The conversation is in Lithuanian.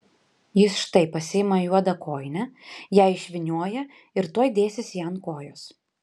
jis štai pasiima juodą kojinę ją išvynioja ir tuoj dėsis ją ant kojos